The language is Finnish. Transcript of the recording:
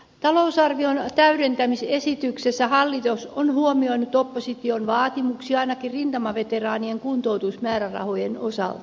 talousarvion täydentämisesityksessä hallitus on huomioinut opposition vaatimuksia ainakin rintamaveteraanien kuntoutusmäärärahojen osalta